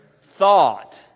thought